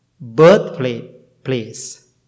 birthplace